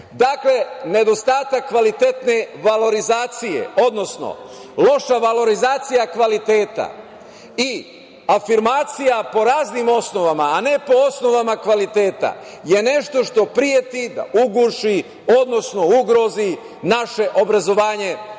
decu. Dakle, nedostatak kvalitetne valorizacije, odnosno loša valorizacija kvaliteta i afirmacija po raznim osnovama, a ne po osnovama kvaliteta je nešto što preti da uguši, odnosno ugrozi naše obrazovanje na